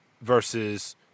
versus